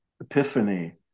epiphany